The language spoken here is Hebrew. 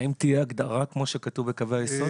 האם תהיה הגדרה, כמו שכתוב בקווי היסוד?